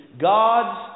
God's